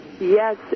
Yes